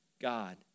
God